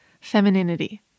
femininity